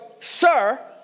Sir